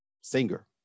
singer